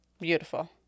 Beautiful